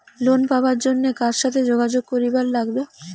Loan পাবার জন্যে কার সাথে যোগাযোগ করিবার লাগবে?